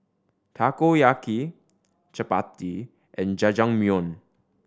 Takoyaki Chapati and Jajangmyeon